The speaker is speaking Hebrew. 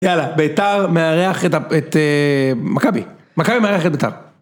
יאללה, ביתר מארח את מכבי, מכבי מארח את ביתר.